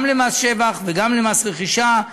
גם ממס שבח וגם ממס רכישה.